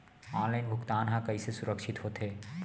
Online भुगतान हा कइसे सुरक्षित होथे?